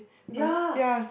ya